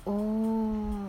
oh